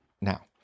now